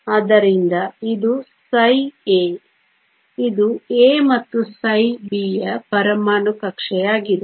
ಆದ್ದರಿಂದ ಇದು ψ A ಇದು A ಮತ್ತು ψ B ಯ ಪರಮಾಣು ಕಕ್ಷೆಯಾಗಿದೆ